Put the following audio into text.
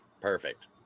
Perfect